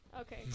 Okay